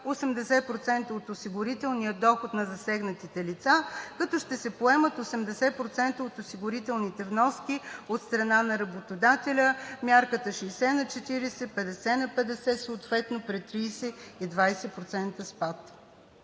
80% от осигурителния доход на засегнатите лица, като ще се поемат 80% от осигурителните вноски от страна на работодателя, мярката 60/40, 50/50 съответно при 30 и 20% спад.